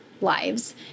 lives